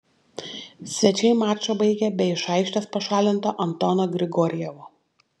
svečiai mačą baigė be iš aikštės pašalinto antono grigorjevo